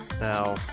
Now